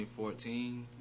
2014